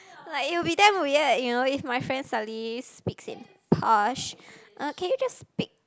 like it will be damn weird you know if my friend suddenly speaks in posh uh can you just speak